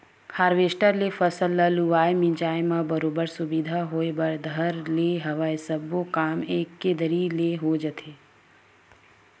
harvester ले फसल ल लुवाए मिंजाय म बरोबर सुबिधा होय बर धर ले हवय सब्बो काम एके दरी ले हो जाथे